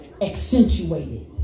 accentuated